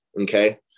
okay